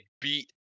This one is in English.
beat